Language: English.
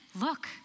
look